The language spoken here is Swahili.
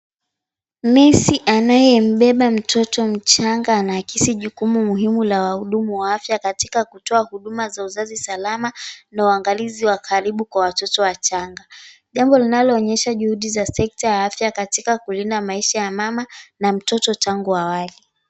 Nesi anayembeba mtoto mchanga anaakisi jukumu muhimu la wahudumu wa afya katika kutoa huduma za uzazi salama na uangalizi wa karibu kwa watoto wachanga, jambo linaloonyesha juhudi za sekta ya afya katika kulinda maisha ya mama na mtoto tangu awali.